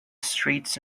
streets